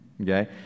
okay